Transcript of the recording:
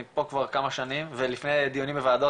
אני פה כבר כמה שנים ולפני דיונים בוועדות